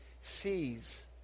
sees